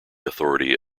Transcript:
authority